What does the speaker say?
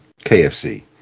kfc